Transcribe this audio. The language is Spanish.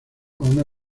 una